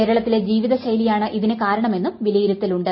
കേരളത്തിലെ ജീവിതശൈലിയാണ് ഇതിന് കാരണമെന്നും വിലയിരുത്തലുണ്ട്